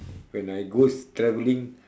when I goes traveling